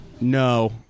No